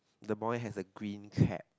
the boy has a green tab